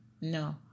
No